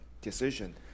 decision